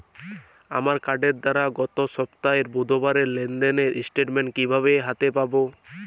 আমার কার্ডের দ্বারা গত সপ্তাহের বুধবারের লেনদেনের স্টেটমেন্ট কীভাবে হাতে পাব?